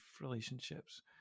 relationships